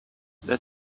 that